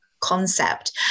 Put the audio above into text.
concept